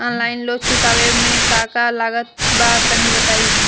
Online loan चुकावे म का का लागत बा तनि बताई?